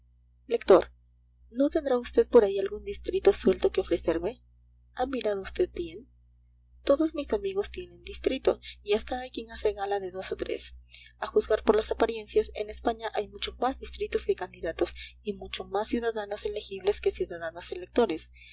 lector no tendrá usted por ahí algún distrito suelto que ofrecerme ha mirado usted bien todos mis amigos tienen distrito y hasta hay quien hace gala de dos o tres a juzgar por las apariencias en españa hay muchos más distritos que candidatos y muchos más ciudadanos elegibles que ciudadanos electores